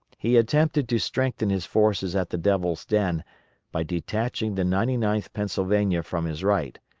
he attempted to strengthen his forces at the devil's den by detaching the ninety ninth pennsylvania from his right,